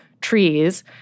trees